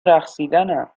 رقصیدنم